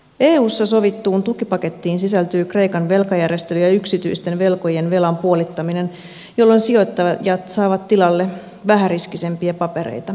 eussa sovittuun tukipakettiin sisältyy kreikan velkajärjestely ja yksityisten velkojien velan puolittaminen jolloin sijoittajat saavat tilalle vähäriskisempiä papereita